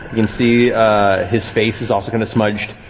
you can see his face is also smudged.